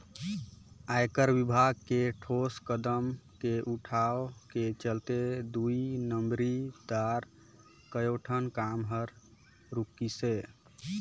आयकर विभाग के ठोस कदम के उठाव के चलते दुई नंबरी दार कयोठन काम हर रूकिसे